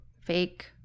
fake